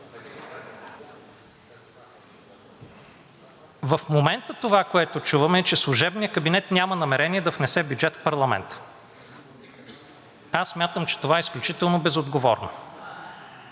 В момента това, което чувам, е, че служебният кабинет няма намерение да внесе бюджет в парламента. Аз смятам, че това е изключително безотговорно.